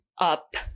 up